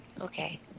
Okay